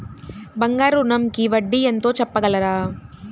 బంగారు ఋణంకి వడ్డీ ఎంతో చెప్పగలరా?